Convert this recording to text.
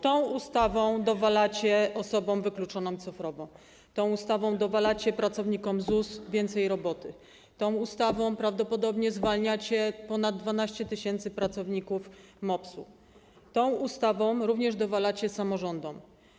Tą ustawą dowalacie osobom wykluczonym cyfrowo, tą ustawą dowalacie pracownikom ZUS więcej roboty, tą ustawą prawdopodobnie zwalniacie ponad 12 tys. pracowników MOPS-ów, tą ustawą dowalacie również samorządom.